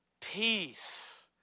peace